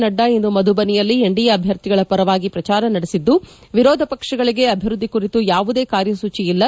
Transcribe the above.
ನಡ್ಡಾ ಇಂದು ಮಧುಬನಿಯಲ್ಲಿ ಎನ್ಡಿಎ ಅಭ್ಯರ್ಥಿಗಳ ಪರವಾಗಿ ಪ್ರಚಾರ ನಡೆಸಿದ್ದು ವಿರೋಧ ಪಕ್ಷಗಳಿಗೆ ಅಭಿವೃದ್ದಿ ಕುರಿತು ಯಾವುದೇ ಕಾರ್ಯಸೂಚಿ ಇಲ್ಲ